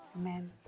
Amen